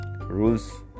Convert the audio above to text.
rules